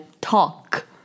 talk